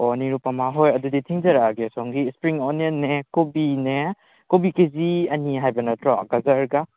ꯑꯣ ꯅꯤꯔꯨꯄꯃꯥ ꯍꯣꯏ ꯑꯗꯨꯗꯤ ꯊꯤꯟꯖꯔꯛꯑꯒꯦ ꯁꯣꯝꯒꯤ ꯁꯄ꯭ꯔꯤꯡ ꯑꯣꯅꯤꯌꯟꯅꯦ ꯀꯣꯕꯤꯅꯦ ꯀꯣꯕꯤ ꯀꯦꯖꯤ ꯑꯅꯤ ꯍꯥꯏꯕ ꯅꯠꯇ꯭ꯔꯣ ꯒꯖꯔꯒ